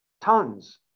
tons